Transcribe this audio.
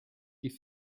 die